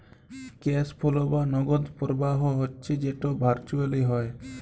cash flow বা নগদ পরবাহ হচ্যে যেট ভারচুয়েলি হ্যয়